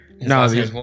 No